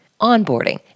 onboarding